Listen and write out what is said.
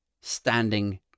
standing